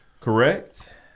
correct